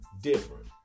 different